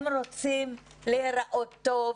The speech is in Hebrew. הם רוצים להיראות טוב,